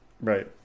Right